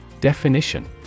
Definition